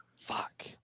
Fuck